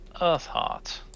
Earthheart